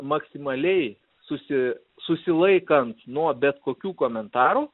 maksimaliai susi susilaikant nuo bet kokių komentarų